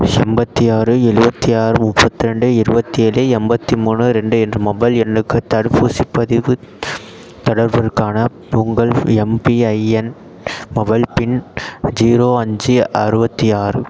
எண்பத்தி ஆறு எழுபத்தி ஆறு முப்பத்தி ரெண்டு இருவத்தேழு எண்பத்தி மூணு ரெண்டு என்ற மொபைல் எண்ணுக்கு தடுப்பூசிப் பதிவு தொடர்வதற்கான உங்கள் எம்பிஐஎன் மொபைல் பின் ஜீரோ அஞ்சு அறுபத்தி ஆறு